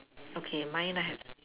okay mine I have s~